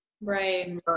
right